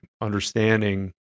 understanding